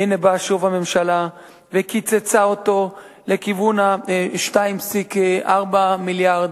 והנה באה שוב הממשלה וקיצצה אותו לכיוון 2.4 המיליארד.